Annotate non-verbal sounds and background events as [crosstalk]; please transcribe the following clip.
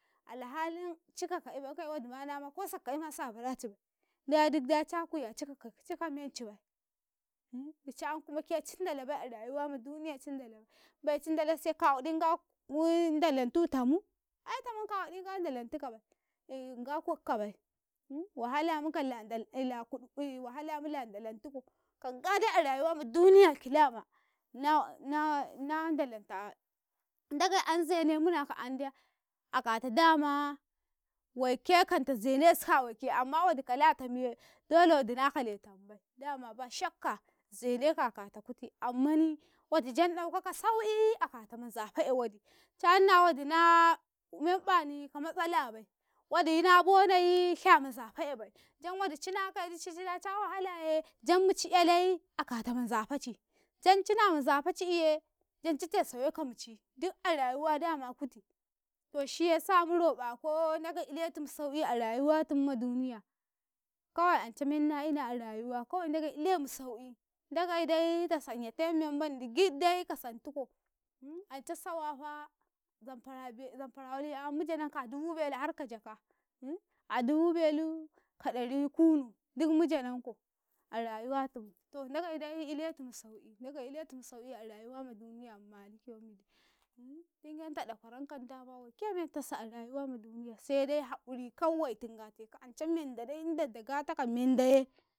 ﻿Al- halin cika ka'ibai ikaye wodima ko saka ka'ima sa baracibai, me ai duk da ca kuya cika ka cikamencibai [hesitation] dici an ke cindalabai a rayuwa ma duniya cindalabai bai cindalasiye ka waɗin nga kuɗ ndalantu tami aitamun ka waɗinaggndalanti kabai in nga kuɗ kabai [hesitation] wahala muka ka kuɗ la wahala mulandalantuko kanga de a rayuwa ma duniya kilama naw na na ndalata ndagai ay nzene munaka ande akata dama waike kam tazene ko sazenesa awaike amma wodi kala tamiye dole wodi na kale tamibai dama ba shakka nzeneka a katau kuti ammani wodi jan ɗauka ka sau'i a kata man zafale wodi canna wodi na bonai shamanzafale bai jan wodi cinakai cida ca wahalaye jam muci 'yalai akata manzafaci, jan cina manzafaci iye janci tisawe ka muci duk a rayuwa dama kuti, to ini zabkau mu roƃako ndagai iletum sau'i a rayuwatum maduniya, kawa ance menna ina rayuwa kawai ndage iletum sau'i ndagei dai ta sanya temu memmandi giɗ dai ka santuko [hesitation] anca sawafa zamfara bel, zamfara waɗi'an mu janka a dubu belu harka jaka [hesitation] a dubu belu ka ɗari kunu duk mu jananko a rayuwatum to ndagai da iletum sau'i, ndagai iletum sau'i a rayuwa ma duniya ma maliki yaumidi [hesitation] tingenta ɗakwarankan dama waike menmtasi a rayuwa ma duniya se dai haquri kawai tungateka ancan men dade in da daga taka mendaye